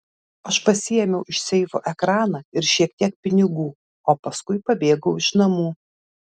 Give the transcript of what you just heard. aš pasiėmiau iš seifo ekraną ir šiek tiek pinigų o paskui pabėgau iš namų